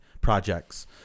projects